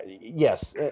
yes